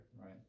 Right